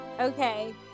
Okay